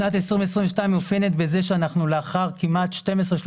שנת 2022 מאופיינת בכך שאנחנו לאחר כמעט 12 13